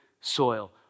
soil